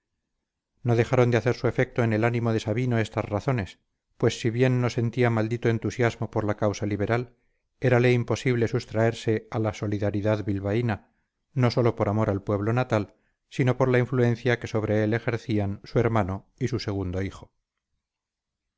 no dejaron de hacer su efecto en el ánimo de sabino estas razones pues si bien no sentía maldito entusiasmo por la causa liberal érale imposible sustraerse a la solidaridad bilbaína no sólo por amor al pueblo natal sino por la influencia que sobre él ejercían su hermano y su segundo hijo